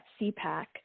CPAC